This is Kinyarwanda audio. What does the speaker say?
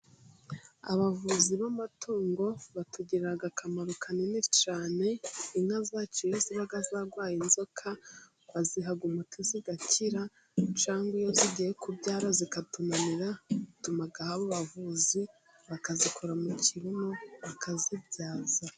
Abavuzi b'amatungo batugirira akamaro kanini cyane. Inka zacu iyo zarwaye inzoka baziha umuti zigakira. Cyangwa iyo zigiye kubyara zikatunanira dutumaho abo bavuzi bakazikora mu kibuno bakazibyaza.